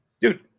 dude